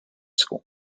school